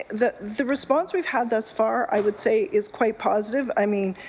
the the response we've had thus far i would say is quite positive. i mean,